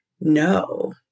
no